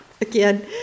Again